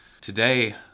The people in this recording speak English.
Today